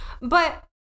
But-